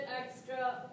extra